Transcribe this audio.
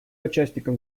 участникам